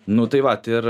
nu tai vat ir